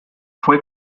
fue